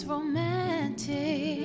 Romantic